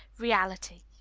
reality.